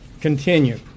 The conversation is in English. continue